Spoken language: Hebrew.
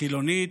החילונית,